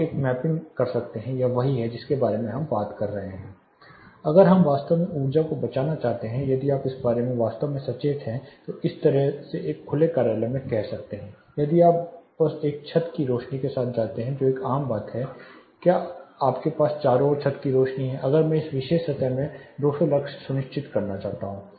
आप एक मैपिंग कर सकते हैं यह वही है जिसके बारे में हम बात कर रहे हैं अगर हम वास्तव में ऊर्जा को बचाना चाहते हैं यदि आप इस बारे में वास्तव में सचेत हैं तो इस तरह से एक खुले कार्यालय में कह सकते हैं यदि आप बस एक छत की रोशनी के साथ जाते हैं जो कि एक आम बात है क्या आपके पास चारों ओर छत की रोशनी है अगर मैं इस विशेष सतह में 200 लक्स सुनिश्चित करना चाहता हूं